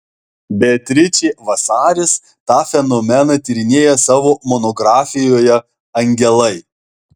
beatričė vasaris tą fenomeną tyrinėja savo monografijoje angelai